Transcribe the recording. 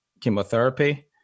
chemotherapy